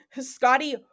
Scotty